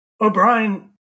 O'Brien